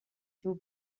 two